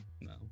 no